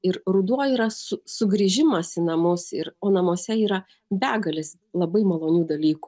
ir ruduo yra su sugrįžimas į namus ir o namuose yra begalės labai malonių dalykų